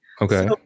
Okay